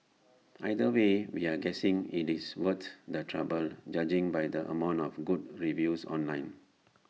either way we're guessing IT is worth the trouble judging by the amount of good reviews online